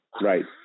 Right